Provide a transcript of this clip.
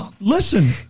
Listen